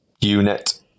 Unit